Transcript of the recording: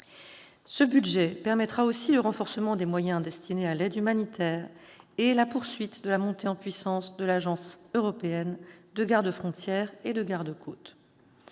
Ce budget permettra aussi le renforcement des moyens destinés à l'aide humanitaire et la poursuite de la montée en puissance de l'Agence européenne de garde-frontières et de garde-côtes.